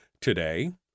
today